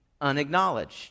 unacknowledged